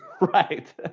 Right